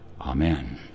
Amen